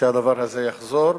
שהדבר הזה יחזור.